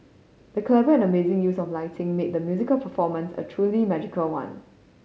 the clever and amazing use of lighting made the musical performance a truly magical one